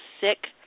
sick